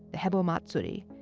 hebo matsuri,